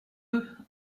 eux